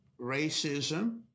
racism